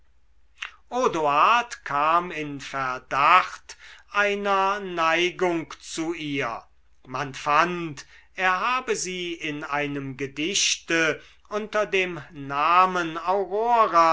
odoard kam in verdacht einer neigung zu ihr man fand er habe sie in einem gedichte unter dem namen